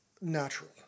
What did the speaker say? natural